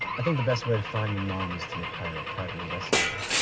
i think the best way to find your mom is to hire a private investigator.